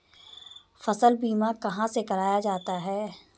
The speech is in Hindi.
फसल बीमा कहाँ से कराया जाता है?